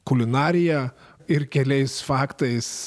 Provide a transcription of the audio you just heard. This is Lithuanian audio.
kulinarija ir keliais faktais